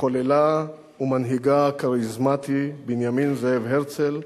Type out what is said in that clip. מחוללה ומנהיגה הכריזמטי, בנימין זאב הרצל,